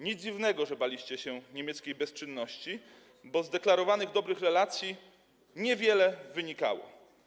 Nic dziwnego, że baliście się niemieckiej bezczynności, bo z deklarowanych dobrych relacji niewiele wynikało.